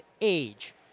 age